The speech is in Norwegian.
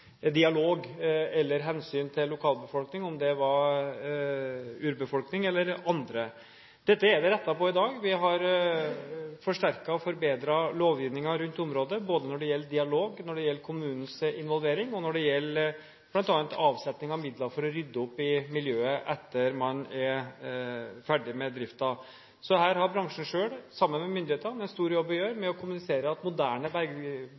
dialog eller hensyn til lokalbefolkningen, enten det var urbefolkning eller andre. Dette har vi rettet på i dag. Vi har forsterket og forbedret lovgivningen på området, både når det gjelder dialog, når det gjelder kommunens involvering, og når det gjelder bl.a. avsetning av midler til å rydde opp i miljøet etter at man er ferdig med driften. Så her har bransjen selv, sammen med myndighetene, en stor jobb å gjøre med å kommunisere at moderne